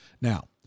Now